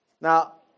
Now